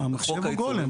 המחשב הוא גולם,